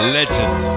Legend